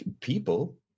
people